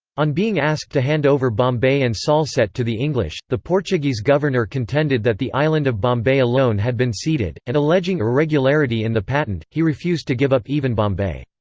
on being asked to hand over bombay and salsette to the english, the portuguese governor contended that the island of bombay alone had been ceded, and alleging irregularity in the patent, he refused to give up even bombay.